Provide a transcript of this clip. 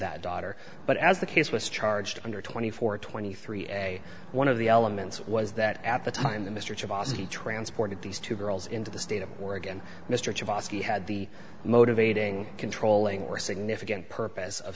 that daughter but as the case was charged under twenty four twenty three and one of the elements was that at the time the mr chavasse transported these two girls into the state of oregon mr chavasse had the motivating controlling or significant purpose of